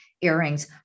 earrings